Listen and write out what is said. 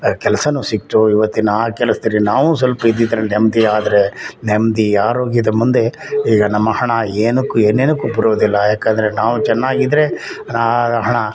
ಕೆಲ್ಸವೂ ಸಿಕ್ಕಿತು ಈವತ್ತಿನ ಆ ಕೆಲಸದಲ್ಲಿ ನಾವು ಸ್ವಲ್ಪ ಇದ್ದಿದ್ರಿಂದ ನೆಮ್ಮದಿ ಆದರೆ ನೆಮ್ಮದಿ ಆರೋಗ್ಯದ ಮುಂದೆ ಈಗ ನಮ್ಮ ಹಣ ಏನಕ್ಕೂ ಏನೇನಕ್ಕೂ ಬರೋದಿಲ್ಲ ಯಾಕೆಂದರೆ ನಾವು ಚೆನ್ನಾಗಿದ್ದರೆ ಹಣ